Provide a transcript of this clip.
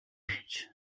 авч